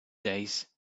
days